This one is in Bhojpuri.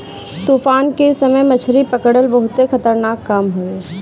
तूफान के समय मछरी पकड़ल बहुते खतरनाक काम हवे